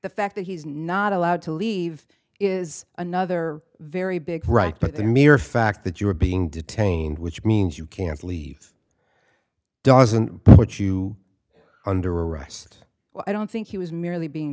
the fact that he's not allowed to leave is another very big right but the mere fact that you are being detained which means you can't leave doesn't put you under arrest well i don't think he was merely being